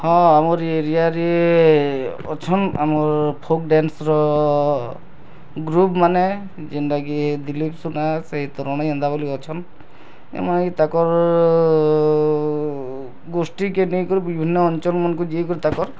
ହଁ ଆମରି ଏରିଆରେ ଅଛନ୍ ଆମର୍ ଫୋକ୍ ଡାନ୍ସ୍ର ଗ୍ରୁପ୍ମାନେ ଯେଣ୍ଟା କି ଦିଲୀପ ସୁନା ସେ ତୋରଣି ଏନ୍ତା ବୋଲି ଅଛନ୍ ଏମାନେ କି ତାକର୍ ଗୋଷ୍ଠିକେ ନେଇକରି ବିଭିନ୍ନ ଅଞ୍ଚଲ୍ମାନଙ୍କୁ ଯିଇକିରି ତାକର୍